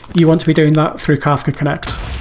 you want to be doing that through kafka connect.